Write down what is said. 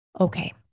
Okay